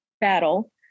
battle